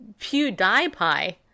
PewDiePie